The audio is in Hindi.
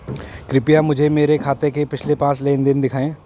कृपया मुझे मेरे खाते के पिछले पांच लेन देन दिखाएं